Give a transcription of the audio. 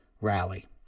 rally